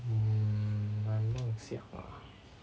mm my 梦想 ah